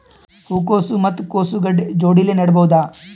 ಹೂ ಕೊಸು ಮತ್ ಕೊಸ ಗಡ್ಡಿ ಜೋಡಿಲ್ಲೆ ನೇಡಬಹ್ದ?